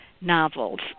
novels